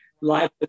life